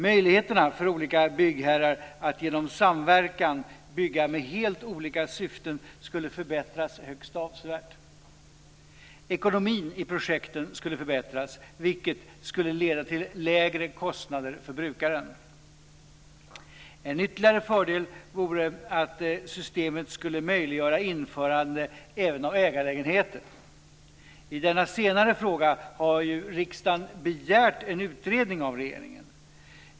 Möjligheterna för olika byggherrar att genom samverkan bygga med helt olika syften skulle förbättras högst avsevärt. Ekonomin i projekten skulle förbättras, vilket skulle leda till lägre kostnader för brukaren. En ytterligare fördel vore att systemet skulle möjliggöra införande även av ägarlägenheter. I denna senare fråga har riksdagen begärt en utredning av regeringen.